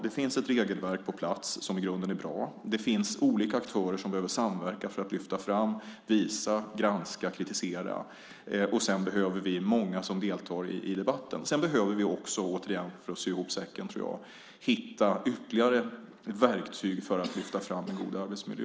Det finns ett regelverk på plats, som i grunden är bra. Det finns olika aktörer som behöver samverka för att lyfta fram, visa, granska och kritisera. Dessutom behöver vi många som deltar i debatten. Vi behöver också, för att sy ihop säcken, hitta ytterligare verktyg för att lyfta fram en god arbetsmiljö.